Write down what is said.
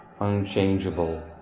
unchangeable